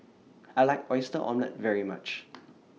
I like Oyster Omelette very much